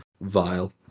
vile